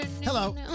Hello